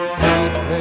deep